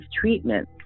treatment